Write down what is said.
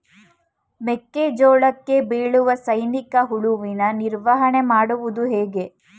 ಮೆಕ್ಕೆ ಜೋಳಕ್ಕೆ ಬೀಳುವ ಸೈನಿಕ ಹುಳುವಿನ ನಿರ್ವಹಣೆ ಮಾಡುವುದು ಹೇಗೆ?